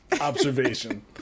observation